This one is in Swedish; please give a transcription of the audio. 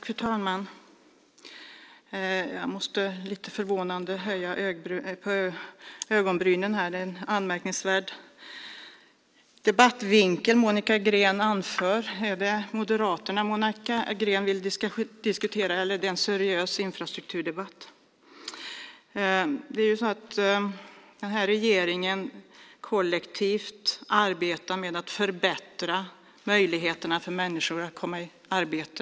Fru talman! Jag måste förvånat höja på ögonbrynen. Det är en anmärkningsvärd debattvinkel som Monica Green anför. Är det Moderaterna som Monica Green vill diskutera eller är det här en seriös infrastrukturdebatt? Den här regeringen arbetar kollektivt med att förbättra möjligheterna för människor att komma i arbete.